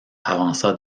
avança